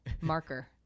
marker